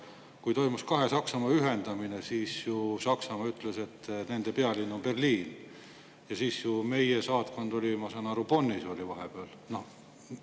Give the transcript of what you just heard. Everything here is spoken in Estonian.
Kui toimus kahe Saksamaa ühendamine, siis Saksamaa ütles, et nende pealinn on Berliin. Meie saatkond oli, ma saan aru, vahepeal